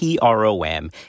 PROM